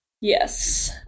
Yes